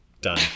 Done